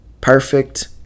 perfect